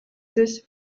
sich